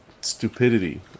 stupidity